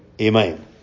Amen